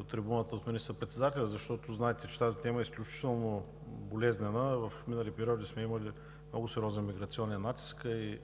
от трибуната от министър-председателя, защото знаете, че тази тема е изключително болезнена? В минали периоди сме имали много сериозен миграционен натиск и